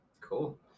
Cool